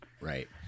right